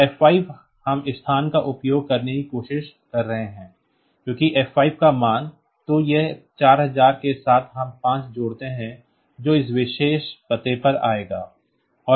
तो f हम स्थान का उपयोग करने की कोशिश कर रहे हैं क्योंकि f का मान है तो इस 4000 के साथ हम 5 जोड़ते हैं जो इस विशेष पते पर आएगा